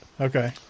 Okay